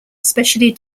specially